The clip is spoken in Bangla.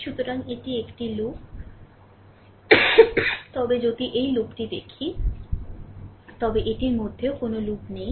সুতরাং এটি একটি লুপ তবে যদি এই লুপটি দেখি তবে এটির মধ্যে কোনও লুপ নেই